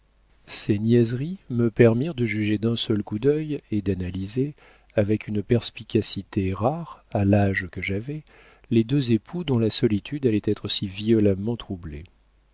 ces niaiseries me permirent de juger d'un seul coup d'œil et d'analyser avec une perspicacité rare à l'âge que j'avais les deux époux dont la solitude allait être si violemment troublée